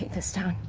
this town.